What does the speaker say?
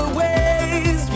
ways